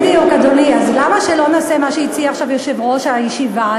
אז למה שלא נעשה מה שהציע עכשיו יושב-ראש הישיבה,